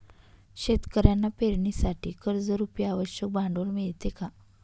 शेतकऱ्यांना पेरणीसाठी कर्जरुपी आवश्यक भांडवल मिळते का?